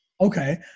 Okay